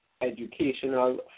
educational